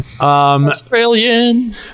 Australian